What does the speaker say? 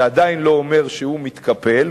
זה עדיין לא אומר שהוא מתקפל,